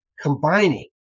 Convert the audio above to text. combining